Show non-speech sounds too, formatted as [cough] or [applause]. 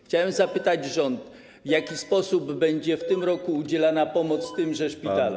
Chciałem zapytać [noise] rząd, w jaki sposób będzie w tym roku udzielana pomoc tymże szpitalom.